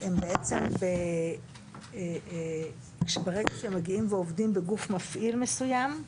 הם בעצם, ברגע שמגיעים ועובדים בגוף מפעיל מסוים,